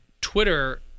Twitter